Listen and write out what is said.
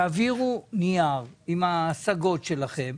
תעבירו נייר עם ההשגות שלכם,